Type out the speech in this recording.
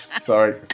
Sorry